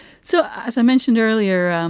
so as i mentioned earlier, um